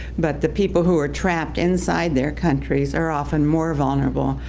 but the people who are trapped inside their countries are often more vulnerable,